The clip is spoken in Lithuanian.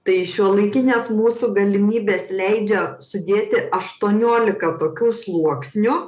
tai šiuolaikinės mūsų galimybės leidžia sudėti aštuoniolika tokių sluoksnių